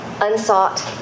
unsought